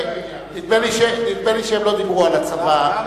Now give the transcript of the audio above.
נדמה לי שהם לא דיברו על הצבא,